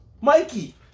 Mikey